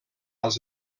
als